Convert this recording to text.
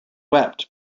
wept